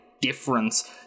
difference